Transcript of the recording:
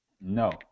No